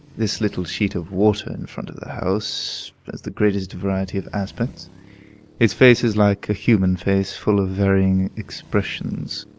this little sheet of water in front of the house has the greatest variety of aspects its face is like human face, full of varying expressions.